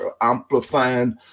amplifying